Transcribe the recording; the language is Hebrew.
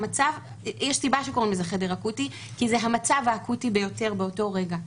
יש סיבה שקוראים לזה חדר אקוטי כי זה המצב האקוטי ביותר באותו רגע.